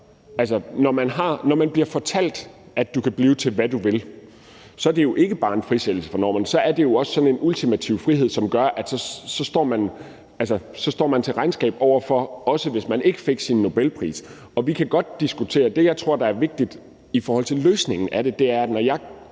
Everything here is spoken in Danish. Når man bliver fortalt, at man kan blive til, hvad man vil, er det jo ikke bare en frisættelse fra normerne, så er det jo også sådan en ultimativ frihed, som gør, at man så står til regnskab for det, også hvis man ikke fik sin Nobelpris. Vi kan godt diskutere det. Det, jeg tror er vigtigt i forhold til løsningen på det, er, at når jeg,